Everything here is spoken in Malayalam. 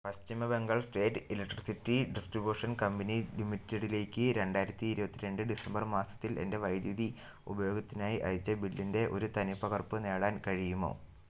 പശ്ചിമ Bengal state electricity distribution company ലിമിറ്റഡിലേക്ക് രണ്ടായിരത്തി ഇരുപത്തി രണ്ട് ഡിസംബർ മാസത്തിൽ എൻ്റെ വൈദ്യുതി ഉപയോഗത്തിനായി അയച്ച ബില്ലിൻറ ഒരു തനിപ്പകർപ്പ് നേടാൻ കഴിയുമോ